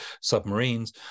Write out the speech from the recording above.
submarines